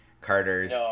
Carter's